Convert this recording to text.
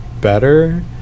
better